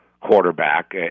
quarterback